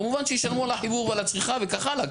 כמובן שישלמו על החיבור ועל הצריכה וכך הלאה.